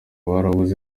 barabuze